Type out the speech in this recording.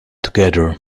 together